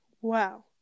wow